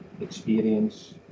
experience